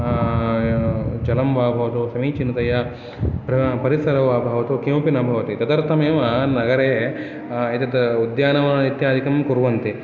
जलं वा भवतु समीचीनतया परिसरो वा भवतु किमपि न भवति तदर्थमेव नगरे एतत् उद्यानवनम् इत्यादिकं कुर्वन्ति